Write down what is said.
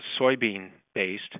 soybean-based